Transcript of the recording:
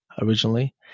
originally